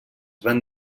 van